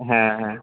হ্যাঁ হ্যাঁ